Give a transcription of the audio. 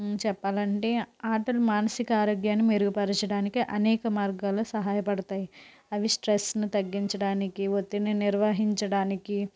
చెప్పాలంటే ఆటలు మానసిక ఆరోగ్యం మెరుగుపరచడానికి అనేక మార్గాల్లో సహాయపడతాయి అవి స్ట్రెస్ను తగ్గించడానికి ఒత్తిడిని నిర్వహించడానికి